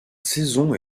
saison